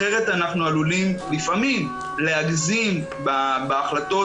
אחרת אנחנו עלולים לפעמים להגזים בהחלטות